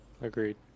agreed